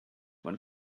when